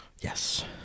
Yes